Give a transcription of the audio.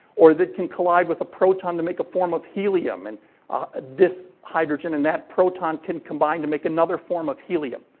or, that can collide with a proton to make a form of helium. and this hydrogen and that proton can combine to make another form of helium.